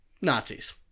Nazis